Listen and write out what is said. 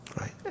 Right